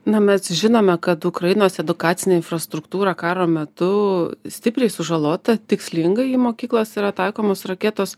na mes žinome kad ukrainos edukacinė infrastruktūra karo metu stipriai sužalota tikslingai į mokyklas yra taikomos raketos